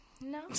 No